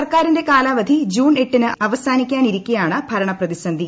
സർക്കാരിന്റെ കാലാവധി ജൂൺ എട്ടിന് അവസാനിക്കാനിരിക്കെയാണ് ഭരണ പ്രതിസന്ധി